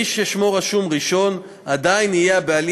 מי ששמו רשום ראשון עדיין יהיה הבעלים